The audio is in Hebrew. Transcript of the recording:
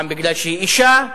פעם בגלל שהיא אשה,